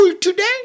today